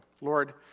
Lord